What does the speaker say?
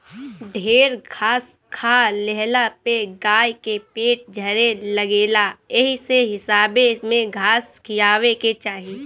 ढेर घास खा लेहला पे गाई के पेट झरे लागेला एही से हिसाबे में घास खियावे के चाही